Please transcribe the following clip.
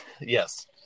yes